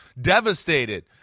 devastated